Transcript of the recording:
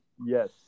Yes